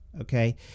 okay